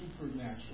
Supernatural